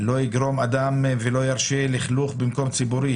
לא יגרום אדם ולא ירשה לכלוך במקום ציבורי,